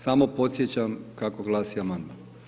Samo podsjećam kako glasi amandman.